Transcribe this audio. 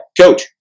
coach